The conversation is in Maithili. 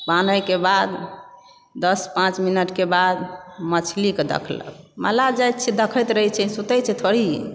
बान्हैके बाद दस पाँच मिनटके बाद मछलीके देखलक मल्लाह जाति छियै देखैतत रहै छै सुतय छै थोड़े ही